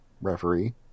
referee